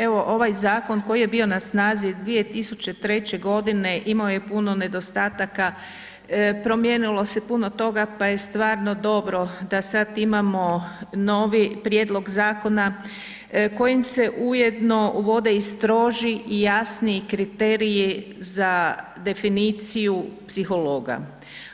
Evo, ovaj zakon koji je bio na snazi 2003.g. imao je puno nedostataka, promijenilo se puno toga, pa je stvarno dobro da sad imamo novi prijedlog zakona kojim se ujedno uvode i stroži i jasniji kriteriji za definiciju psihologa